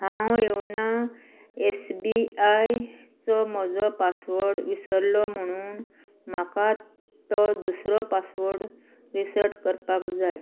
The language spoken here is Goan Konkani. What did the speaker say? हांव योनो एसबीआयचो म्हजो पासवर्ड विसरलो म्हणून म्हाका तो दुसरो पासवर्ड रिसॅट करपाक जाय